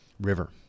River